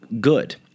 good